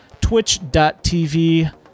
twitch.tv